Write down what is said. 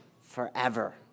forever